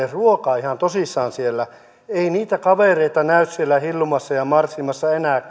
ruokaa ihan tosissaan siellä ei niitä kavereita näy siellä hillumassa ja marssimassa enää